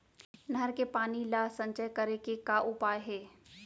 नहर के पानी ला संचय करे के का उपाय हे?